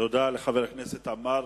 תודה לחבר הכנסת עמאר.